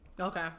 Okay